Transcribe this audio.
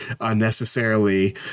unnecessarily